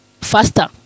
faster